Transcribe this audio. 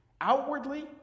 Outwardly